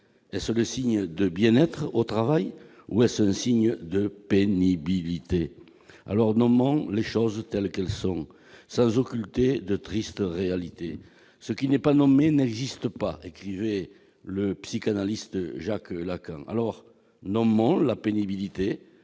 Est-ce un signe de bien-être au travail ou de pénibilité ? Nommons les choses par leur nom, sans occulter les tristes réalités ! Ce qui n'est pas nommé n'existe pas, écrivait le psychanalyste Jacques Lacan. Alors, nommons la pénibilité